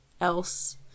else